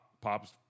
Pop's